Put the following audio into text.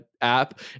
app